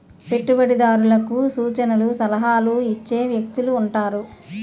పెట్టుబడిదారులకు సూచనలు సలహాలు ఇచ్చే వ్యక్తులు ఉంటారు